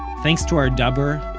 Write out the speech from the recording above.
thanks to our dubber,